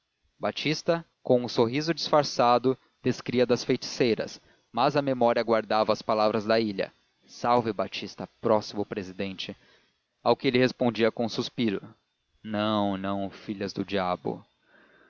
batista com um sorriso disfarçado descria das feiticeiras mas a memória guardava as palavras da ilha salve batista próximo presidente ao que ele respondia com um suspiro não não filhas do diabo